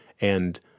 And-